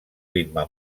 ritme